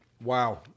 Wow